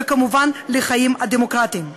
וכמובן לחיים הדמוקרטיים.